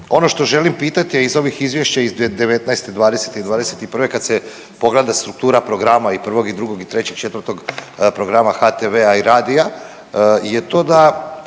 Ono što želim pitati, a iz ovih izvješća iz '19., '20. i '21. kad se pogleda struktura programa i 1. i 2., 3., 4. programa HTV-a i radija je to da